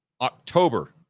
October